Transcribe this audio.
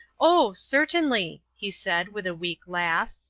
oh, certainly, he said with a weak laugh.